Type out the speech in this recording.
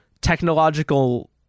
technological